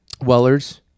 Weller's